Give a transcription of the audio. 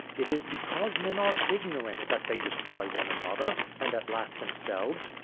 it is because men are ignorant that they destroy one another, and at last themselves.